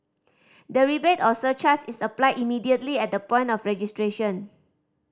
the rebate or surcharge is applied immediately at the point of registration